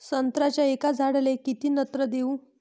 संत्र्याच्या एका झाडाले किती नत्र देऊ?